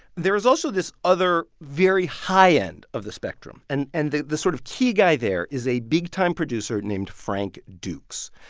there is also this other very high end of the spectrum. and and the the sort of key guy there is a big-time producer named frank dukes.